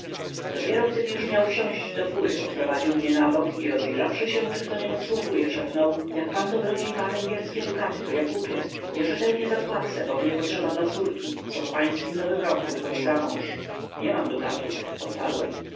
dopiero gdym już miał wsiąść do fury odprowadził mnie na bok i rozejrzawszy się czy kto nie podsłuchuje szepnął jak pan dobrodziej ma węgierskie dukaty to ja kupię ja rzetelnie zapłacę bo mnie potrzeba dla córki co po pańskim nowym roku wychodzi zamąż nie mam dukatów odparłem